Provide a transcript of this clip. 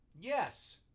Yes